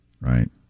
Right